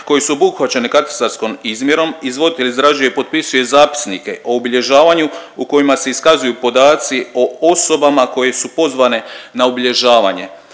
koje su obuhvaćene katastarskom izmjerom izvoditelj izrađuje, potpisuje zapisnike o obilježavanju u kojima se iskazuju podaci o osobama koje su pozvane na obilježavanje,